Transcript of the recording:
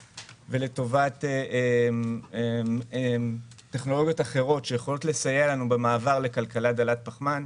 ולטובת טכנולוגיות אחרות שיכולות לסייע לנו במעבר לכלכלה דלת פחמן.